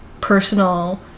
personal